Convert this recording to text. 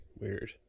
Weird